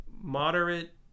moderate